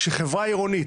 כשחברה עירונית,